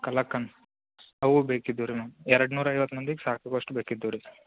ಕಲ್ಲಕ್ಕನು ಅವು ಬೇಕಿದ್ದವು ರೀ ನಮ್ಮ ಎರಡು ನೂರೈವತ್ತು ಮಂದಿಗೆ ಸಾಕಾಗುವಷ್ಟು ಬೇಕಿದ್ದವು ರೀ